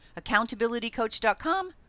accountabilitycoach.com